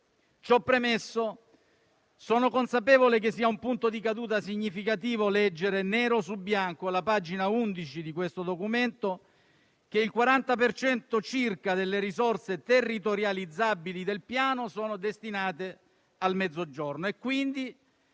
Ciò premesso, sono consapevole che sia un punto di caduta significativo leggere nero su bianco alla pagina 11 di questo documento che il 40 per cento circa delle risorse territorializzabili del Piano sono destinate al Mezzogiorno,